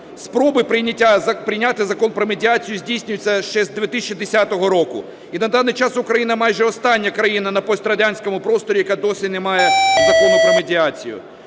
Спроби прийняти Закон про медіацію здійснюються ще з 2010 року, і на даний час Україна майже остання країна на пострадянському просторі, яка досі не має Закону про медіацію.